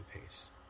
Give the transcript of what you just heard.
pace